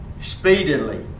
speedily